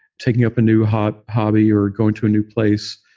taking up a new hobby hobby or going to a new place,